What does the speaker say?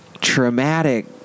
traumatic